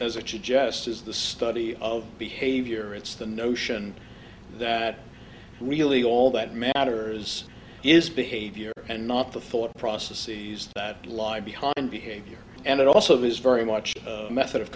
as if she jest is the study of behavior it's the notion that really all that matters is behavior and not the full of processes that lie behind behavior and it also is very much a method of